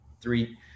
three